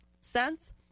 cents